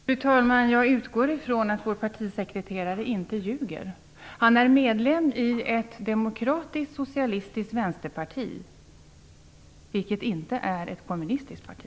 Fru talman! Jag utgår från att vår partisekreterare inte ljuger. Han är medlem i ett demokratiskt, socialistiskt vänsterparti, som inte är ett kommunistiskt parti.